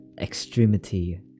extremity